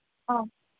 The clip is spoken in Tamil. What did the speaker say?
ஆ